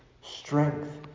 strength